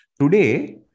Today